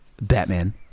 Batman